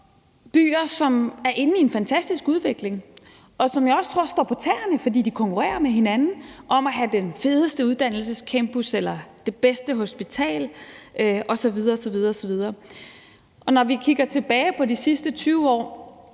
byer, som er inde i en fantastisk udvikling, og som jeg også tror står på tæerne, fordi de konkurrerer med hinanden om at have det fedeste uddannelsescampus eller det bedste hospital osv. osv. Når vi kigger tilbage på de sidste 20 år,